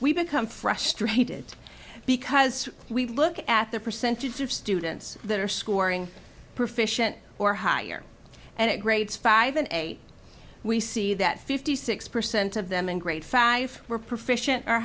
we become frustrated because we look at the percentage of students that are scoring proficiency or higher and at grades five and eight we see that fifty six percent of them in grade five were proficiency are